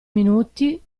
minuti